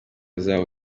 zabo